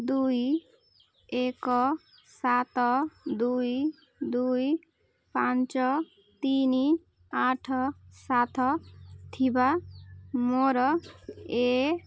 ଦୁଇ ଏକ ସାତ ଦୁଇ ଦୁଇ ପାଞ୍ଚ ତିନି ଆଠ ସାତ ଥିବା ମୋର ଏ